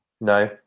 No